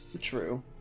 true